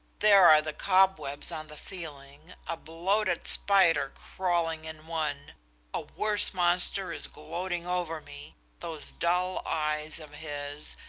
there are the cobwebs on the ceiling, a bloated spider crawling in one a worse monster is gloating over me those dull eyes of his,